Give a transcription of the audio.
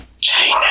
China